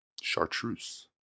Chartreuse